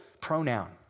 pronoun